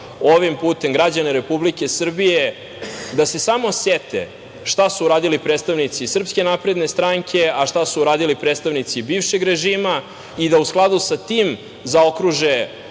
ovim putem građane Republike Srbije da se samo sete šta su uradili predstavnici SNS, šta su radili predstavnici bivšeg režima i da u skladu sa tim zaokruže